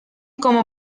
como